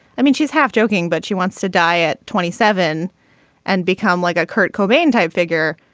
i mean she's half joking but she wants to die at twenty seven and become like a kurt cobain type figure.